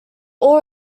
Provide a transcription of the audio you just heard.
all